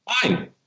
fine